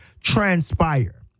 Transpire